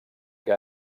que